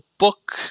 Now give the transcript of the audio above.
book